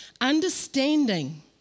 Understanding